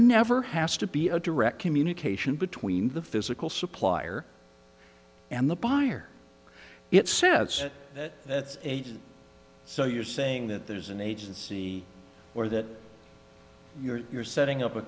never has to be a direct communication between the physical supplier and the buyer it sets that's eight so you're saying that there's an agency or that you're setting up a